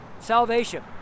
Salvation